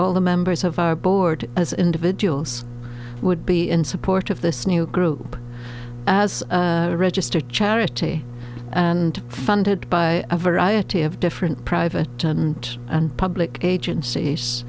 all the members of our board as individuals would be in support of this new group as registered charity and funded by a variety of different private and public agencies